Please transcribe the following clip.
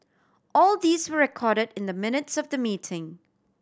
all these were recorded in the minutes of the meeting